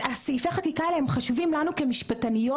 סעיפי החקיקה האלה חשובים לנו כמשפטניות